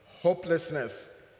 hopelessness